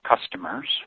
customers –